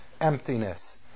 emptiness